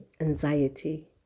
anxiety